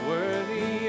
Worthy